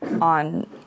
on